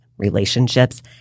relationships